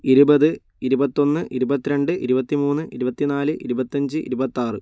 ഇരുപത് ഇരുപത്തൊന്ന് ഇരുപത്തി രണ്ട് ഇരുപത്തി മൂന്ന് ഇരുപത്തി നാല് ഇരുപത്തഞ്ച് ഇരുപത്താറ്